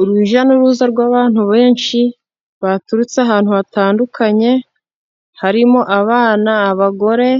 Urujya n'uruza rw'abantu benshi baturutse ahantu hatandukanye, harimo abana abagore